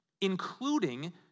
including